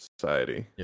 society